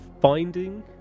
finding